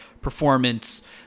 performance